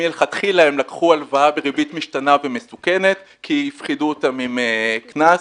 מלכתחילה הם לקחו הלוואה בריבית משתנה ומסוכנת כי הפחידו אותם עם קנס,